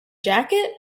jacket